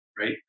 right